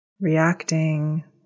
reacting